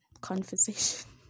conversation